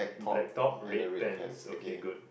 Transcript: black top red pants okay good